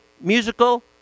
musical